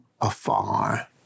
afar